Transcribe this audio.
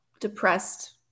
depressed